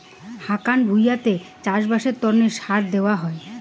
হাকান ভুঁইতে চাষবাসের তন্ন সার দেওয়া হই